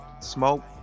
smoke